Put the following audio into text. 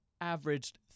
averaged